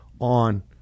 on